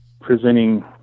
presenting